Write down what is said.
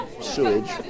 sewage